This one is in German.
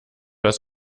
das